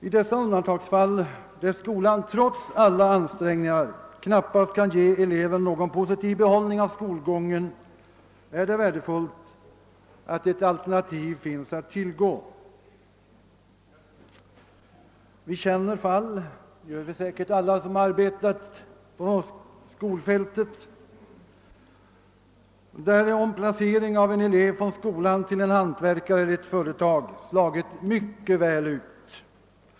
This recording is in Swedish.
| I dessa undantagsfall, där skolan trots alla ansträngningår knappast kan ge. eleven någon positiv behållning av skolgången, är det värdefullt att ett alternativ finns att tillgå. Vi känner fall — det gör säkert alla som arbetat på skolfältet — där en omplacering av en elev från skolan till en hantverkare eller ett företag slagit väl ut.